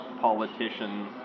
politician